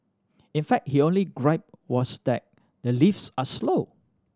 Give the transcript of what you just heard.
in fact he only gripe was that the lifts are slow